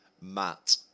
Matt